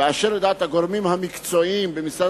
ואשר לדעת הגורמים המקצועיים במשרד